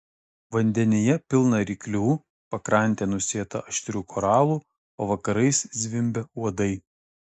vandenyje pilna ryklių pakrantė nusėta aštrių koralų o vakarais zvimbia uodai